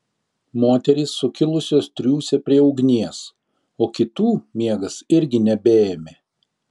moterys sukilusios triūsė prie ugnies o kitų miegas irgi nebeėmė